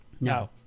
no